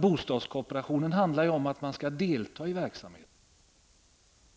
Bostadskooperation handlar om att delta i verksamheten.